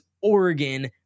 Oregon